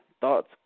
thoughts